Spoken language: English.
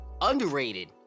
underrated